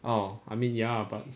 oh I mean ya but